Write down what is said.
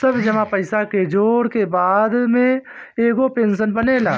सब जमा पईसा के जोड़ के बाद में एगो पेंशन बनेला